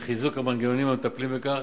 על-ידי חיזוק המנגנונים המטפלים בכך